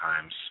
times